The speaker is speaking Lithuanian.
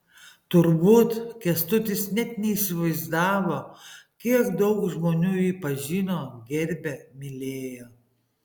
turbūt kęstutis net neįsivaizdavo kiek daug žmonių jį pažino gerbė mylėjo